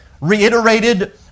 reiterated